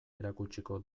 erakutsiko